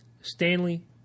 Stanley